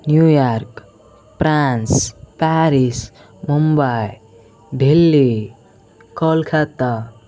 New York France Paris Mumbai Delhi Kolkata